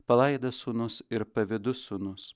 palaidas sūnus ir pavydus sūnus